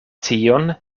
tion